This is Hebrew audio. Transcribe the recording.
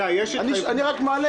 אני רק מעלה.